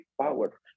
power